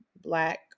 black